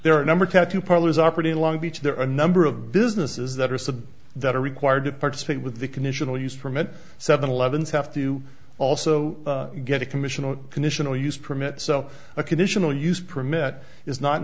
there are a number tattoo parlors operating in long beach there are a number of businesses that are said that are required to participate with the conditional used permit seven eleventh's have to also get a commission on conditional use permit so a conditional use permit is not